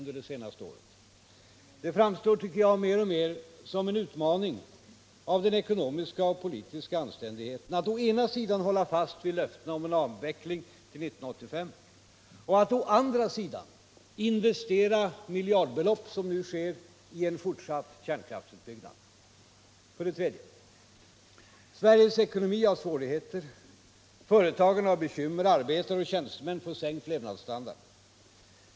Det framstår, enligt min mening, mer och mer som en utmaning mot den ekonomiska och politiska anständigheten att å ena sidan hålla fast vid löftena om en avveckling till år 1985 och att å andra sidan, som nu sker, investera miljardbelopp i en fortsatt kärnkraftsutbyggnad. För det tredje, Sveriges ekonomi har svårigheter, företagen har bekymmer och arbetare och tjänstemän får en sänkning av levnadsstandarden.